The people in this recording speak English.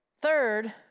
Third